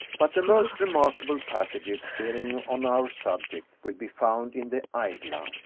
but the most remarkable passages bearing on our subject will be found in the aigla.